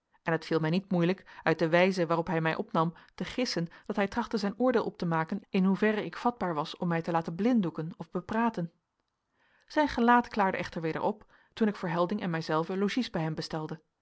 en het viel mij niet moeilijk uit de wijze waarop hij mij opnam te gissen dat hij trachtte zijn oordeel op te maken in hoeverre ik vatbaar was om mij te laten blinddoeken of bepraten zijn gelaat klaarde echter weder op toen ik voor helding en mijzelven logies bij hem bestelde